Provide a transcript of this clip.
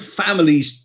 families